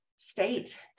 state